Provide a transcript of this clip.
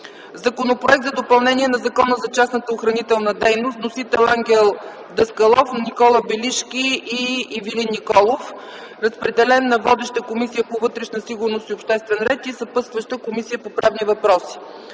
Законопроект за допълнение на Закона за частната охранителна дейност. Вносител – Ангел Даскалов, Никола Белишки и Ивелин Николов. Разпределен на водеща Комисия по вътрешна сигурност и обществен ред и съпътстваща – Комисия по правни въпроси;